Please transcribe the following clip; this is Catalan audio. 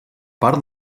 part